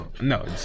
No